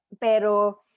Pero